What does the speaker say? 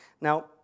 Now